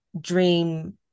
dream